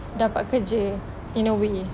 dapat kerja in a way